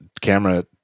camera